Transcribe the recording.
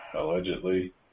Allegedly